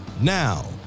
Now